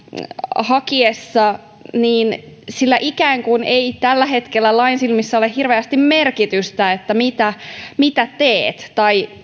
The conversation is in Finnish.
hakiessa sillä ikään kuin ei tällä hetkellä lain silmissä ole hirveästi merkitystä mitä mitä tekee tai